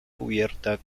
cubiertas